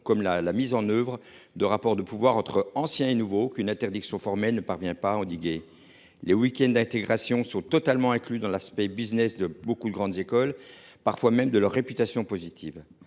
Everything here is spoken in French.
comme à la mise en œuvre de rapports de pouvoir entre anciens et nouveaux, qu’une interdiction formelle ne parvient pas à endiguer. Les week ends d’intégration sont totalement inclus dans l’aspect « business » de nombreuses grandes écoles, lorsqu’ils ne participent pas de leur réputation positive.